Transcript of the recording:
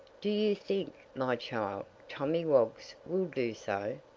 do you think, my child, tommy woggs will do so?